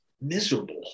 miserable